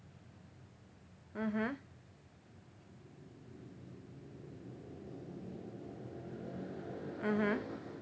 mmhmm mmhmm